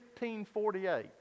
1548